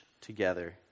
together